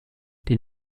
die